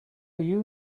you